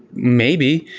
maybe.